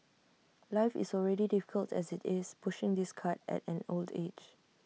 life is already difficult as IT is pushing this cart at an old age